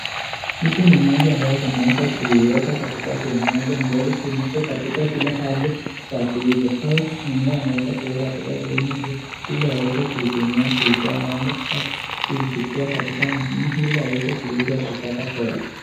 Hizi ni nyasi ambazo zimeweza kuieka katika sehemu moja ambazo zimewekwa katika zile hali, za kuuzwa au mwenyewe ameweza kueka katika sehemu hii, ili aweze kuitumia kuipea ngombe, au kuichukua katika mjini ili aweze kuuza kupata hela.